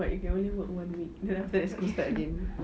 but you can only work one week then after that school starts again